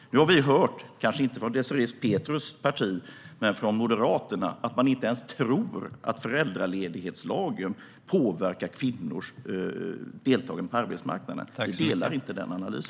Nu har vi hört - kanske inte från Désirée Pethrus parti men från Moderaterna - att man inte ens tror att föräldraledighetslagen påverkar kvinnors deltagande på arbetsmarknaden. Vi delar inte denna analys.